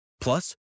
Plus